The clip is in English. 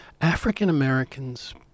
African-Americans